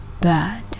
bad